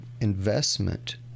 investment